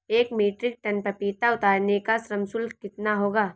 एक metric ton पपीता उतारने का श्रम शुल्क कितना होगा?